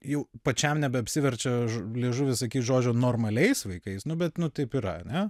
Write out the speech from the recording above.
jau pačiam nebeapsiverčia liežuvis sakyt žodžio normaliais vaikais nu bet nu taip yra ane